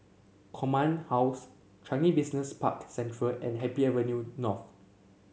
Command House Changi Business Park Central and Happy Avenue North